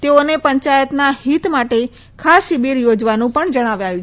તેઓએ પંચાયતના હિત માટે ખાસ શિબીર યોજવાનું પણ જણાવ્યું છે